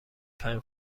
پنج